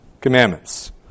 commandments